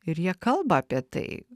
ir jie kalba apie tai